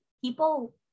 people